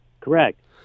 Correct